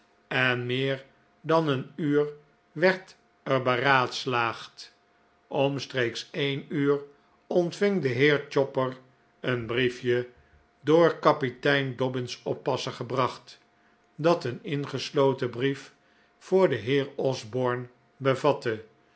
en meer dan een uur werd er beraadslaagd omstreeks een uur ontving de heer chopper een brief je door kapitein dobbin's oppasser gebracht dat een ingesloten brief voor den heer osborne